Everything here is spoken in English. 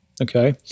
Okay